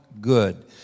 good